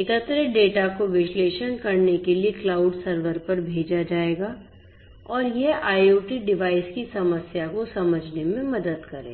एकत्रित डेटा को विश्लेषण करने के लिए क्लाउड सर्वर पर भेजा जाएगा और यह IoT डिवाइस की समस्या को समझने में मदद करेगा